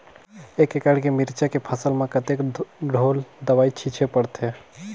एक एकड़ के मिरचा के फसल म कतेक ढोल दवई छीचे पड़थे?